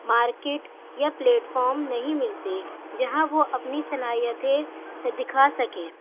market یا platform نہیں ملتے جہاں وہ اپنی صلاحیتیں دکھا سکیں